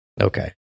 Okay